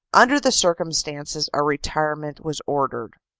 under the circumstances a retirement was ordered,